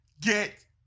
Get